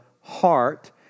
heart